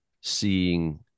seeing